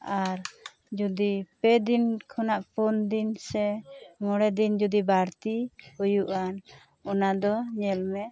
ᱟᱨ ᱡᱩᱫᱤ ᱯᱮ ᱫᱤᱱ ᱠᱷᱚᱱᱟᱜ ᱯᱩᱱ ᱫᱤᱱ ᱥᱮ ᱢᱚᱬᱮ ᱫᱤᱱ ᱡᱩᱫᱤ ᱵᱟᱹᱲᱛᱤ ᱦᱩᱭᱩᱜᱼᱟᱱ ᱚᱱᱟ ᱫᱚ ᱧᱮᱞᱢᱮ